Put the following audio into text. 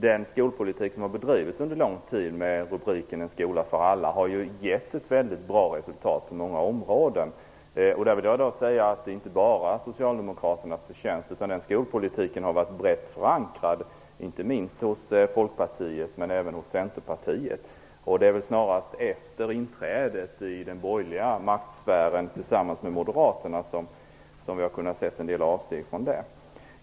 Den skolpolitik som bedrivits under lång tid under rubriken En skola för alla, har ju gett ett mycket gott resultat på många områden. Jag vill tillägga att det inte bara är Socialdemokraternas förtjänst, utan den skolpolitiken har varit brett förankrad, inte minst hos Folkpartiet men även hos Centern. Det är snarast efter inträdet i den borgerliga maktsfären, tillsammans med Moderaterna, som vi har kunnat se en del avsteg från den.